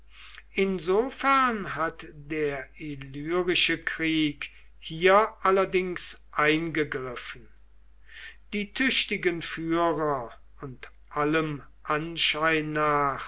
insofern hat der illyrische krieg hier allerdings eingegriffen die tüchtigen führer und allem anschein nach